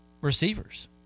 receivers